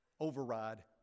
override